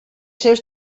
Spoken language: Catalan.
seus